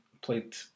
played